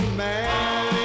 man